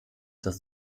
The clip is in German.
das